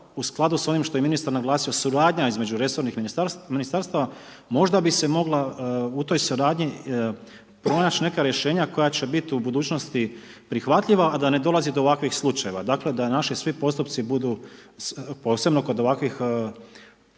u skladu s onim što je ministar naglasio, suradnja između resornih Ministarstava, možda bi se mogla u toj suradnji, pronać' neka rješenja koja će biti u budućnosti prihvatljiva a da ne dolazi do ovakvih slučajeva. Dakle da naši svi postupci budu, posebno kod ovakvih